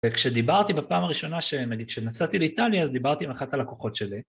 וכשדיברתי בפעם הראשונה, נגיד, כשנסעתי לאיטליה, אז דיברתי עם אחת הלקוחות שלי.